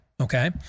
Okay